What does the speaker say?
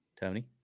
tony